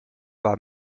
war